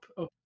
up